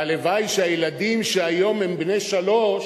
שהלוואי שהילדים שהיום הם בני שלוש,